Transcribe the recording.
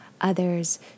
others